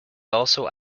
also